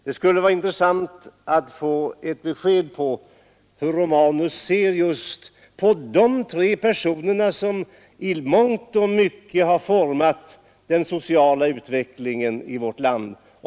Det skulle vara intressant att få ett besked om hur herr Romanus ser på just dessa tre personer, som i mångt och mycket har format den sociala utvecklingen i vårt land.